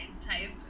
type